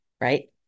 right